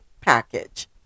package